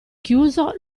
chiuso